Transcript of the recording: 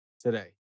today